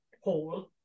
hole